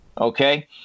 okay